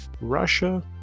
Russia